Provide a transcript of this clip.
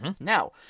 Now